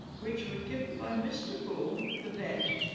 which were given by mr bull, the vet,